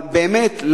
אבל באמת,